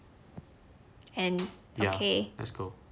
and the K